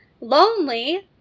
lonely